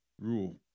rule